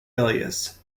alias